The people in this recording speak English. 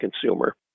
consumer